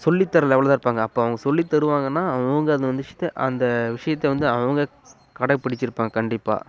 சொல்லித் தர லெவலில் தான் இருப்பாங்க அப்போ அவங்க சொல்லி தருவாங்கன்னா அவங்க அத வந்து இஷ்ட அந்த விஷயத்த வந்து அவங்க கடைப்பிடிச்சி இருப்பாங்க கண்டிப்பாக